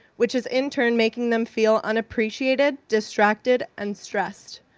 which is in turn making them feel unappreciated, distracted, and stressed.